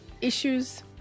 issues